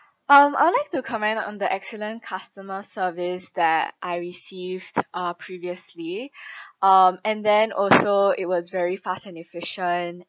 um I will like to comment on the excellent customer service that I received uh previously um and then also it was very fast and efficient